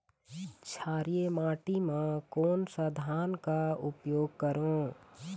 क्षारीय माटी मा कोन सा खाद का उपयोग करों?